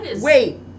Wait